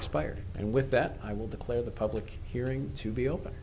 expired and with that i will declare the public hearing to be open